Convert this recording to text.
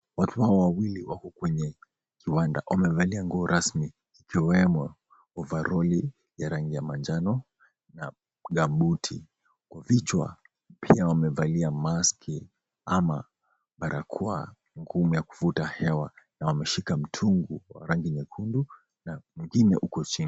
Watu hawa wawili wako kwenye kiwanda. Wamevalia nguo rasmi ikiwemo ovaroli ya rangi ya manjano na gambuti . Kwa kichwa pia wamevalia maski ama barakoa ngumu ya kuvuta hewa na wameshika mtungi wa rangi nyekundu na mwingine uko chini.